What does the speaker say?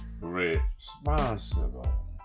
responsible